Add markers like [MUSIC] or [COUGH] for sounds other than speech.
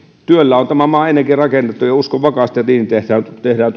työllä on tämä maa ennenkin rakennettu ja uskon vakaasti että niin tehdään [UNINTELLIGIBLE]